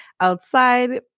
outside